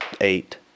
eight